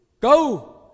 go